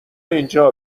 اینجا